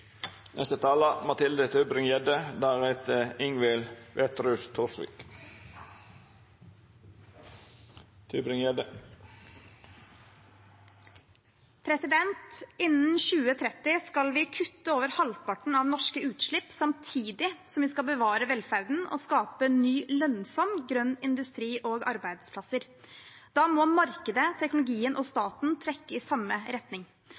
Innen 2030 skal vi kutte over halvparten av norske utslipp, samtidig som vi skal bevare velferden og skape ny, lønnsom grønn industri og grønne arbeidsplasser. Da må markedet, teknologien og staten trekke i samme retning,